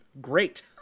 great